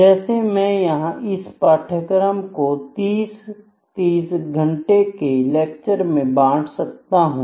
जैसे मैं इस पाठ्यक्रम को 30 30 घंटों के लेक्चर में बांट सकता हूं